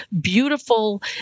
beautiful